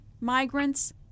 migrants